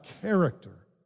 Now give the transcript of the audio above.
character